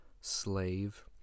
slave